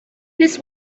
this